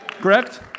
Correct